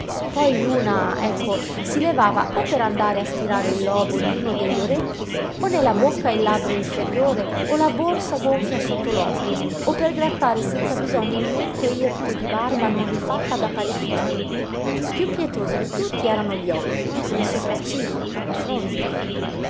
poi l'una ecco si levava o per andare a stirare il lobo d'uno degli orecchi o nella bocca il labbro inferiore o la borsa gonfia sotto l'occhio o per grattare senza bisogno il mento irto di barba non rifatta da parecchi giorni piú pietosi di tutti erano gli occhi le sopracciglia la fronte